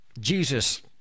Jesus